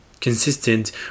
Consistent